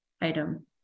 item